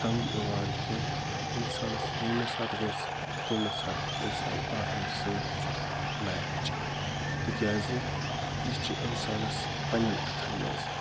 تنٛگ یِوان کیٚنہہ اِنسانَس ییٚمہِ ساتہٕ گژھِ تمہِ ساتہٕ ہٮ۪کہِ اِنسان آرام سۭتۍ وٕچھِتھ میچ تِکیٛازِ یہِ چھِ اِنسانَس پَنٛنیَن اَتھَن منٛز